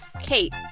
Kate